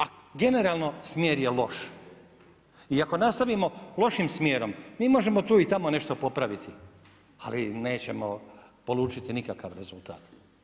A generalno smjer je loš i ako nastavimo lošim smjerom, mi možemo tu i tamo nešto popraviti, ali nećemo polučiti nikakav rezultat.